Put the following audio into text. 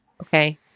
Okay